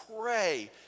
pray